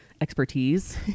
expertise